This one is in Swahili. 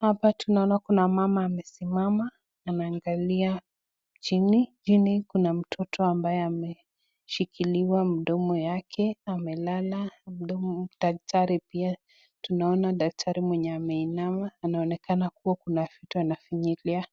Hapa tunaona kuna mama amesimama, anaangalia chini. Chini kuna mtoto ambaye ameshikiliwa mdomo yake, amelala. daktari pia, tunaona daktari mwenye ameinama. Anaonekana kuwa kuna vitu anafinyilia